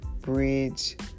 bridge